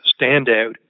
standout